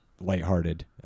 lighthearted